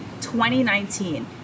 2019